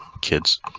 kids